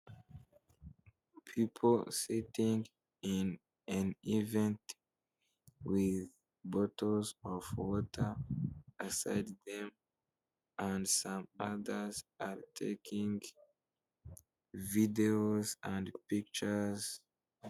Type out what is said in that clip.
People siting in and event with bottles of water a side name and sampants and taking videos and pictures.